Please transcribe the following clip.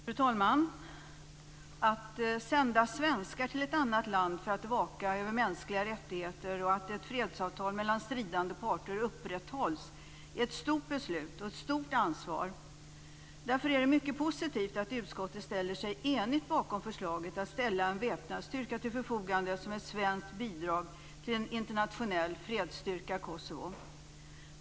Fru talman! Att sända svenskar till ett annat land för att vaka över mänskliga rättigheter och att ett fredsavtal mellan stridande parter upprätthålls är ett stort beslut och ett stort ansvar. Därför är det mycket positivt att utskottet enigt ställer sig bakom förslaget att ställa en väpnad styrka till förfogande som ett svenskt bidrag till en internationell fredsstyrka i Kosovo.